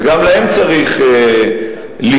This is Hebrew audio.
וגם להם צריך לשאוף,